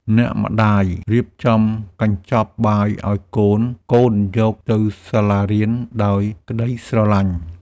អ្នកម្តាយរៀបចំកញ្ចប់បាយឱ្យកូនៗយកទៅសាលារៀន ដោយក្តីស្រឡាញ់។